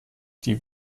die